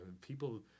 people